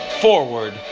Forward